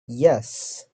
yes